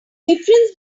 difference